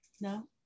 no